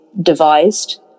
devised